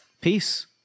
peace